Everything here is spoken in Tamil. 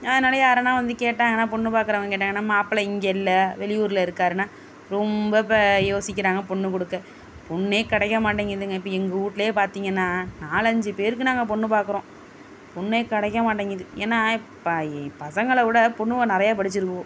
அதனால் யாருன்னா வந்து கேட்டாங்கன்னா பொண்ணு பார்க்கறவங்க கேட்டாங்கன்னா மாப்பிள இங்கே இல்லை வெளியூர்ல இருக்காருனா ரொம்ப இப்ப யோசிக்கிறாங்க பொண்ணு கொடுக்க பொண்ணு கெடைக்க மாட்டேங்கிதுங்க இப்போ எங்கள் வீட்லயே பார்த்திங்கன்னா நாலஞ்சு பேருக்கு நாங்கள் பொண்ணு பாக்கிறோம் பொண்ணே கெடைக்க மாட்டேங்கிது ஏன்னா பசங்களை விட பொண்ணுவோ நிறைய படிச்சிருக்குவோ